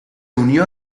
unió